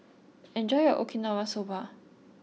enjoy your Okinawa Soba